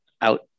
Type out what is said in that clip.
out